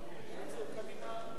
יש לך עשר דקות.